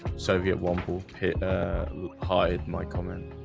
sovietwomble pit hired my comment